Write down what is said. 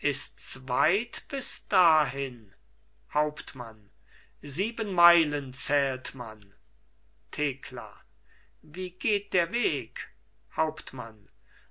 ists weit bis dahin hauptmann sieben meilen zählt man thekla wie geht der weg hauptmann